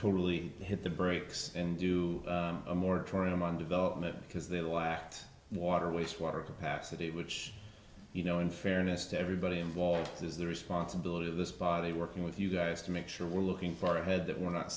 totally hit the brakes and do a moratorium on development because they lacked water waste water capacity which you know in fairness to everybody involved is the responsibility of this body working with you guys to make sure we're looking far ahead that we're not